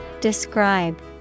Describe